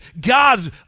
god's